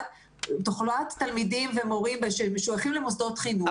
תחלואת תלמידים ומורים שמשויכים למוסדות חינוך.